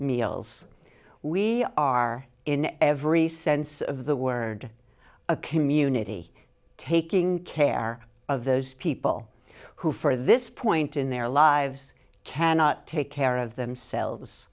meals we are in every sense of the word a community taking care of those people who for this point in their lives cannot take care of themselves